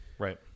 Right